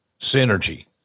synergy